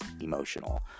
emotional